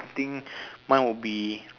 I think mine would be